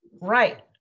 Right